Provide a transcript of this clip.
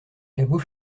caveau